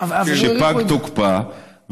ופג תוקפה,